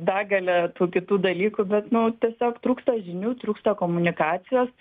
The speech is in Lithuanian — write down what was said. begalė kitų dalykų bet nu tiesiog trūksta žinių trūksta komunikacijos